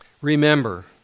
Remember